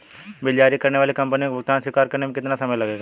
Bill जारी करने वाली कंपनी को भुगतान स्वीकार करने में कितना समय लगेगा?